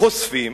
חושפים